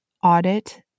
audit